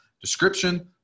Description